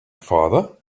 father